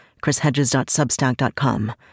chrishedges.substack.com